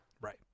right